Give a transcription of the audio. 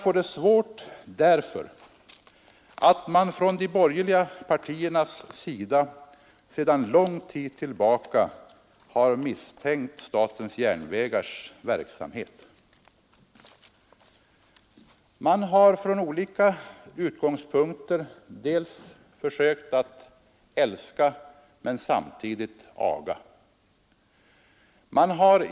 Och vad är anledningen härtill? Jo, de borgerliga partierna har sedan lång tid tillbaka varit misstänksamma mot statens järnvägars verksamhet. Man har från olika utgångspunkter försökt att på samma gång älska och aga i detta sammanhang.